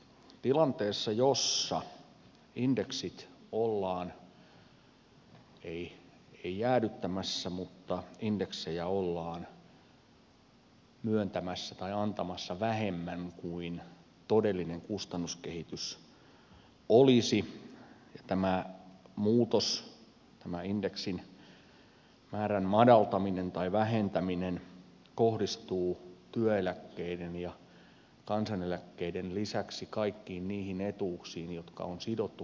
tilanteessa jossa indeksejä vaikkei niitä olla jäädyttämässä ollaan antamassa vähemmän kuin mikä todellinen kustannuskehitys olisi tämä muutos tämä indeksin määrän madaltaminen tai vähentäminen kohdistuu työeläkkeiden ja kansaneläkkeiden lisäksi kaikkiin niihin etuuksiin jotka on sidottu kansaneläkeindeksiin